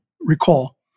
recall